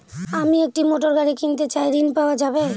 আমি একটি মোটরগাড়ি কিনতে চাই ঝণ পাওয়া যাবে?